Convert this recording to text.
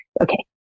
okay